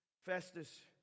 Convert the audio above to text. Festus